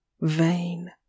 vain